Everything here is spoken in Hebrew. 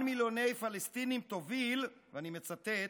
על מיליוני פלסטינים, תוביל, ואני מצטט,